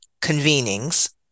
convenings